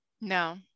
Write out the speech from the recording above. No